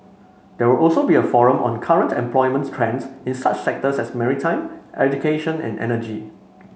there will also be a forum on current employment trends in such sectors as maritime education and energy